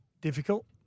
Difficult